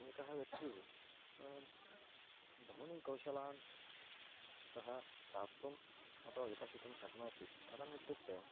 एकः व्यक्तिः बहूनि कौशलान् सह प्राप्तुम् अथवा विकसितुं शक्नोति कथम् इत्युक्ते